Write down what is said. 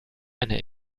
eine